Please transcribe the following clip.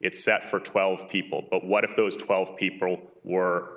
it's set for twelve people but what if those twelve people were